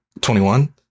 Twenty-one